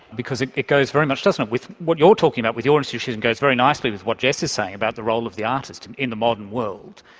because it it goes very much doesn't it with what you're talking about with your institution, it goes very nicely with what jess is saying about the role of the artist in the modern world,